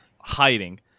hiding